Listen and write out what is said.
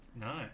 Nice